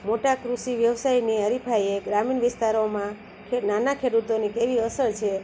મોટા કૃષિ વ્યવસાયની હરિફાઈએ ગ્રામીણ વિસ્તારોમાં નાના ખેડૂતોની કેવી અસર છે